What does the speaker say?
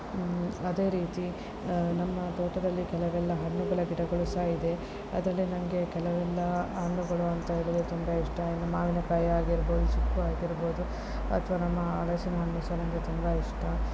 ಅದೇ ರೀತಿ ನಮ್ಮ ತೋಟದಲ್ಲಿ ಕೆಲವೆಲ್ಲ ಹಣ್ಣುಗಳ ಗಿಡಗಳು ಸಹ ಇದೆ ಅದರಲ್ಲಿ ನನಗೆ ಕೆಲವೆಲ್ಲ ಹಣ್ಣುಗಳು ಅಂತ ಹೇಳಿದರೆ ತುಂಬ ಇಷ್ಟ ಇನ್ನು ಮಾವಿನಕಾಯಿ ಆಗಿರಬಹುದು ಚಿಕ್ಕು ಆಗಿರಬಹುದು ಅಥವಾ ನಮ್ಮ ಹಲಸಿನಹಣ್ಣು ಸಹ ನನಗೆ ತುಂಬ ಇಷ್ಟ